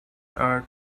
are